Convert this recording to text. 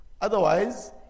Otherwise